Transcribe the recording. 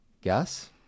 guess